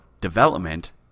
development